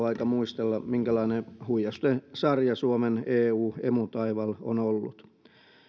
aika muistella minkälainen huijausten sarja suomen eu emu taival on ollut